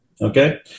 Okay